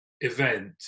event